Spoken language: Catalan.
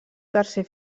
tercer